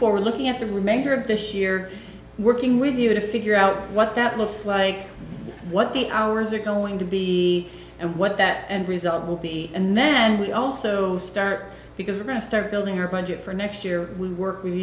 forward looking at the remainder of this year working with you to figure out what that looks like what the hours are going to be and what that end result will be and then we also start because we're going to start building our budget for next year we'll work with